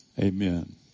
Amen